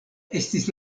estis